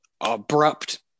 abrupt